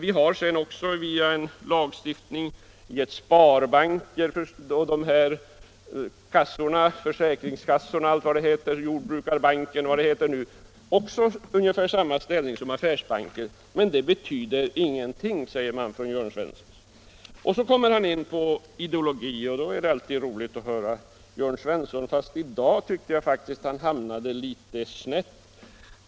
Vi har vidare genom särskild lagstiftning gett sparbanker, jordbrukskassor osv. ungefär samma ställning som affärsbankerna. Men det betyder ingenting, säger Jörn Svensson. Så kommer Jörn Svensson in på ideologin. Då är det alltid roligt att höra honom. Fast i dag tyckte jag att han hamnade litet snett.